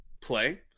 play